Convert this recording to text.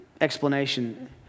explanation